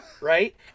right